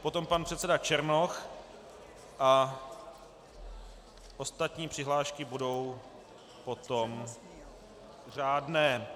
Potom pan předseda Černoch a ostatní přihlášky budou potom řádné.